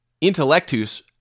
Intellectus